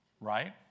right